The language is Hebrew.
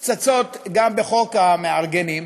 צצות גם בחוק המארגנים.